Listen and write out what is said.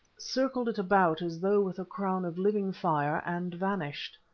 circled it about as though with a crown of living fire, and vanished.